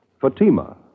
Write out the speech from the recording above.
Fatima